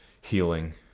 healing